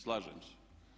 Slažem se.